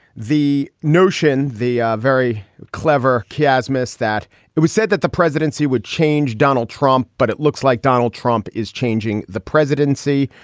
the notion, the ah very clever chasms that we said that the presidency would change donald trump. but it looks like donald trump is changing the presidency.